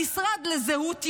המשרד לזהות יהודית,